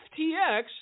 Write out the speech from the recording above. FTX